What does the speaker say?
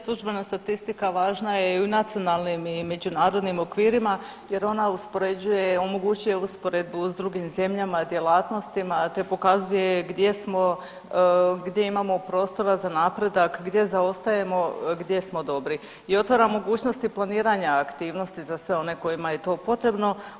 Službena statistika važna je i u nacionalnim i međunarodnim okvirima jer ona uspoređuje i omogućuje usporedbu s drugim zemljama i djelatnostima, te pokazuje gdje smo, gdje imamo prostora za napredak, gdje zaostajemo, gdje smo dobri i otvara mogućnosti planiranja aktivnosti za sve one kojima je to potrebno.